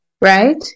right